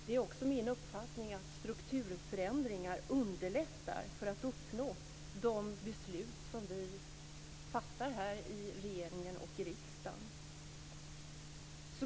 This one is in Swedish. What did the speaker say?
Det är också min uppfattning att strukturförändringar underlättar för att genomföra de beslut som vi fattar i regeringen och här i riksdagen.